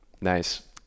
nice